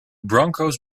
broncos